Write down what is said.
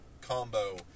combo